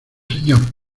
señor